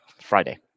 Friday